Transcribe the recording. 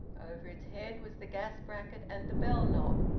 over its head was the gas-bracket and the bell-knob.